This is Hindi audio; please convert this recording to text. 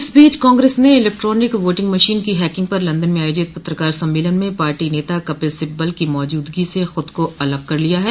इस बीच कांग्रेस ने इलेक्ट्रॉनिक वोटिंग मशीन की हैकिंग पर लंदन में आयोजित पत्रकार सम्मेलन में पार्टी नेता कपिल सिब्बल की मौजूदगी से खूद को अलग कर लिया है